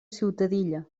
ciutadilla